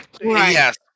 Yes